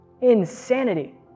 insanity